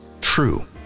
true